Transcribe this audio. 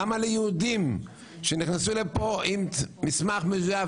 למה יהודים שנכנסו לפה עם מסמך מזויף,